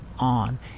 on